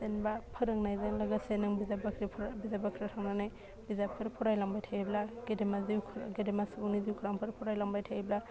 जेनेबा फोरोंनायजों लोगोसे नों बिजाब बाख्रि फरा बिजाब बाख्रियाव थांनानै बिजाबफोर फरायलांबाय थायोब्ला गेदेमा जिउ गेदेमा सुबुंनि जिउ खौरांफोर फरायलांबाय थायोब्ला